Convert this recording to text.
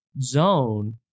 zone